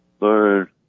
learn